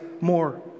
more